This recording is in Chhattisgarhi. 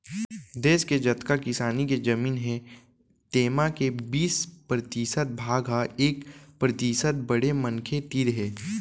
देस के जतका किसानी के जमीन हे तेमा के बीस परतिसत भाग ह एक परतिसत बड़े मनखे तीर हे